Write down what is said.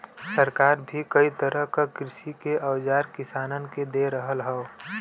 सरकार भी कई तरह क कृषि के औजार किसानन के दे रहल हौ